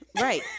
Right